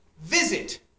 Visit